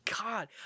God